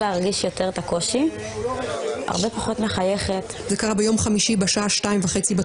כפי שפתחתי ואמרתי,